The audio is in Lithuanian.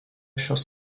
šios